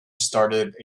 started